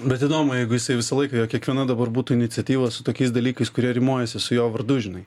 bet įdomu jeigu jisai visą laiką jo kiekviena dabar būtų iniciatyva su tokiais dalykais kurie rimuojasi su jo vardu žinai